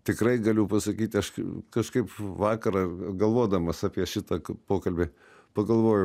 tikrai galiu pasakyti aš kažkaip vakar ągalvodamas apie šitą pokalbį pagalvojau